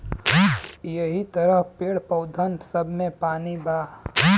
यहि तरह पेड़, पउधन सब मे पानी बा